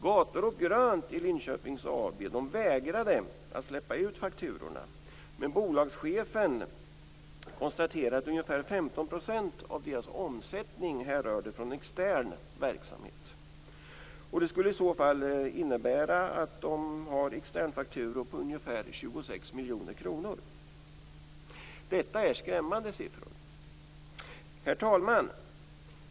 Gator och Grönt i Linköping AB vägrade att släppa ut fakturorna, men bolagschefen konstaterade att ungefär 15 % av bolagets omsättning härrörde från extern verksamhet. Det skulle i så fall innebära externfakturor på ungefär 26 miljoner kronor. Detta är skrämmande siffror! Herr talman!